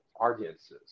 audiences